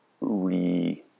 re-